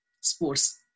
sports